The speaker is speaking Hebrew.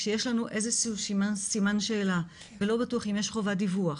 כשיש לנו איזה שהוא סימן שאלה ולא בטוח אם יש חובת דיווח,